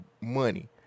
money